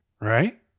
Right